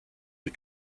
you